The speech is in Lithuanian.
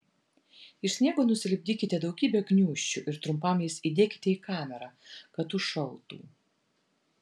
iš sniego nusilipdykite daugybę gniūžčių ir trumpam jas įdėkite į kamerą kad užšaltų